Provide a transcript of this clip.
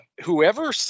whoever